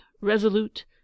resolute